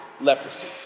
leprosy